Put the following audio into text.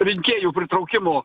rinkėjų pritraukimo